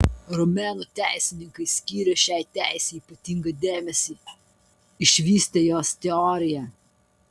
romėnų teisininkai skyrė šiai teisei ypatingą dėmesį išvystė jos teoriją